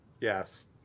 yes